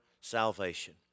salvation